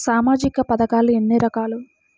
సామాజిక పథకాలు ఎన్ని రకాలు?